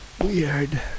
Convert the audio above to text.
Weird